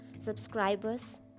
subscribers